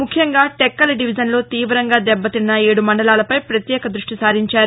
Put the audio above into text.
ముఖ్యంగా టెక్కలి డివిజన్లో తీవంగా దెబ్బతిన్న ఏడు మండలాలపై ప్రత్యేక ద్భష్టి సారించారు